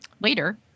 later